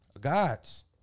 Gods